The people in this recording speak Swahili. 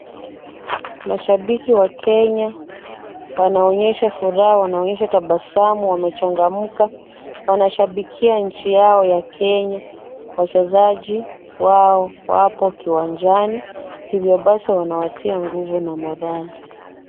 Mashabiki wa Kenya wanaonyesha furaha, wanaonyesha tabasamu, wamechangamka, wanashabikia nchi yao ya Kenya. Wachezaji wao wapo kiwanjani hivyo basi wanawatia nguvu na morali .